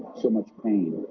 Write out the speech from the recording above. so much pain